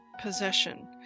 possession